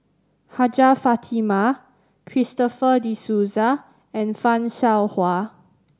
Hajjah Fatimah Christopher De Souza and Fan Shao Hua